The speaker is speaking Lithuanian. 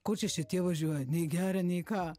ko čia šitie važiuoja nei geria nei ką